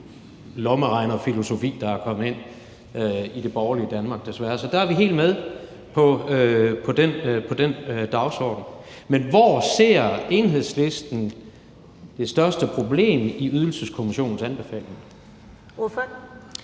lommeregnerfilosofi, der er kommet ind i det borgerlige Danmark – desværre. Så der er vi helt med på den dagsorden. Men hvor ser Enhedslisten det største problem i Ydelseskommissionens anbefalinger?